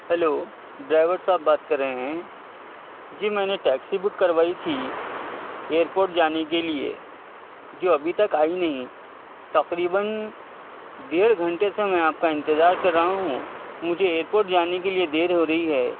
hello driver صاحب بات کر رہے ہیں جی میں نے ٹیکسی بک کروائی تھی ائیر پورٹ جانے کے لیے جو ابھی تک آئی نہیں تقریباً ڈیڑھ گھنٹے سے میں آپ کا انتظار کر رہا ہوں مجھے ائیر پورٹ جانے کے لیے دیر ہو رہی ہے